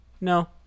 No